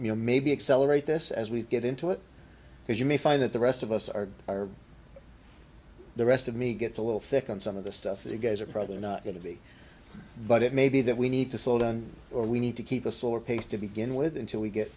you know maybe accelerate this as we get into it because you may find that the rest of us are the rest of me gets a little thick on some of the stuff that you guys are probably not going to be but it may be that we need to slow down or we need to keep a slower pace to begin with until we get